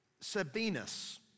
Sabinus